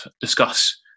discuss